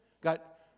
Got